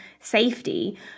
safety